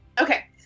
Okay